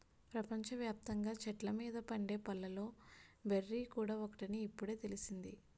ప్రపంచ వ్యాప్తంగా చెట్ల మీద పండే పళ్ళలో బెర్రీ కూడా ఒకటని ఇప్పుడే తెలిసింది